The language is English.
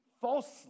falsely